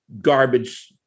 garbage